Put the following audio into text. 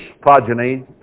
progeny